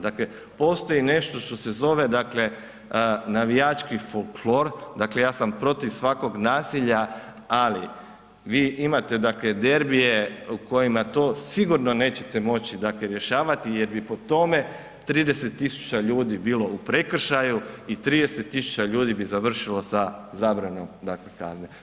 Dakle, postoji nešto što se zove navijački folklor, dakle ja sam protiv svakog nasilja, ali vi imate dakle derbije u kojima to sigurno nećete moći rješavati jer bi po tome 30.000 ljudi bilo u prekršaju i 30.000 ljudi bi završilo sa zabranom dakle kazne.